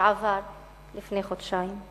שעבר לפני חודשיים.